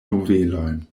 novelojn